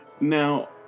Now